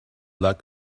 luck